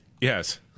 Yes